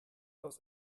aus